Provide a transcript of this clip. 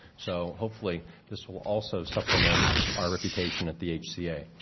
so hopefully this will also supplement our reputation at the hca.